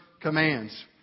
commands